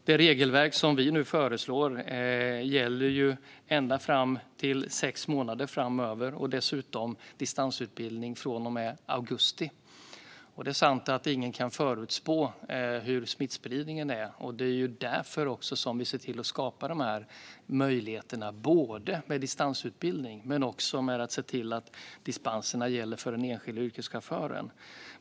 Det regelverk som vi nu föreslår gäller ända fram till sex månader framöver, och dessutom handlar det om distansutbildning från och med augusti. Det är sant att ingen kan förutspå hur smittspridningen blir, och det är också därför vi ser till att skapa de här möjligheterna när det gäller både distansutbildning och att se till att dispenserna gäller för den enskilde yrkeschauffören.